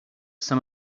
some